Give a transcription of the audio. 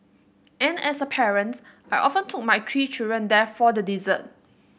and as a parent I often took my three children there for the dessert